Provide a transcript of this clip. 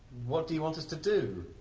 what do you want us to do?